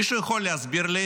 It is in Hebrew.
מישהו יכול להסביר לי